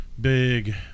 big